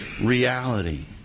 reality